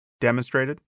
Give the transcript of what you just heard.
demonstrated